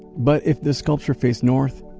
but if the sculpture faced north,